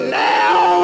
now